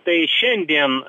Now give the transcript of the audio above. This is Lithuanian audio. tai šiandien